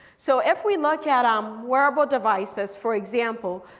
so if we look at um wearable devices, for example.